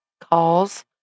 calls